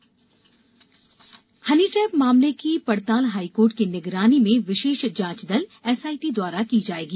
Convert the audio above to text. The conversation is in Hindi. हनीट्रैप एसआईटी हनीट्रैप मामले की हाईकोर्ट की पड़ताल हाईकोर्ट की निगरानी में विशेष जांच दल एसआईटी द्वारा की जाएगी